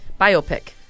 Biopic